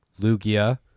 Lugia